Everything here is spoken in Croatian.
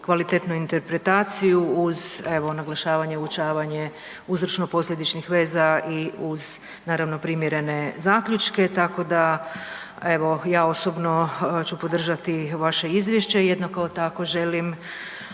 kvalitetnu interpretaciju uz evo naglašavanje, obučavanje uzročno-posljedičnih veza i uz naravno primjerene zaključke. Tako da evo ja osobno ću podržati vaše izvješće i jednako tako želim